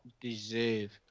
deserve